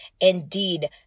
Indeed